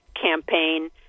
campaign